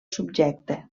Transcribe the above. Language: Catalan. subjecte